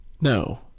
no